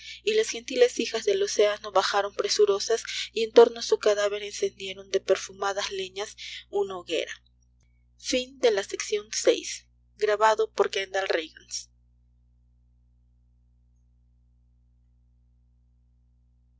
y las gentiles hijas del océano bajaron presurosas y en torno á su cádaver encendieron de perfumadas leñas una hoguera